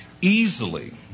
Easily